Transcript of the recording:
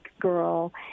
girl